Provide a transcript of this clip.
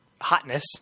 hotness